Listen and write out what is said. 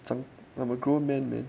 长 I'm a grown man man